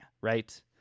right